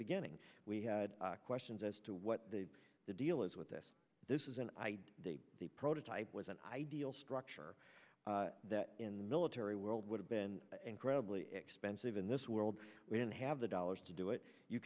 beginning we had questions as to what the deal is with this this isn't the prototype was an ideal structure that in the military world would have been incredibly expensive in this world we don't have the dollars to do it you